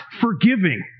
forgiving